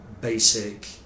basic